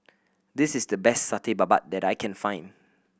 this is the best Satay Babat that I can find